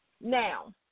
Now